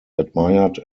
admired